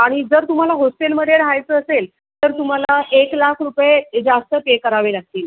आणि जर तुम्हाला होस्टेलमध्ये राहायचं असेल तर तुम्हाला एक लाख रुपये जास्त पे करावे लागतील